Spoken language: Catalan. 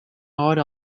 hora